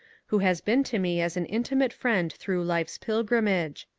who has been to me as an intimate friend through life's pilgrimage.